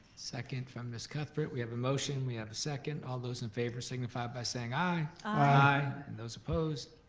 second from ms. cuthbert. we have a motion, we have a second. all those in favor, signify it by saying i. i. and those opposed?